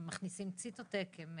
מכניסים ציטוטק והם